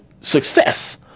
success